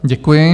Děkuji.